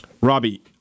Robbie